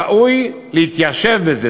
ראוי להתיישב בזה",